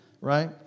right